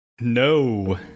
no